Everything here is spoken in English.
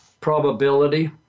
probability